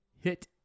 hit